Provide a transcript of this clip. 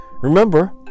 Remember